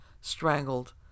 strangled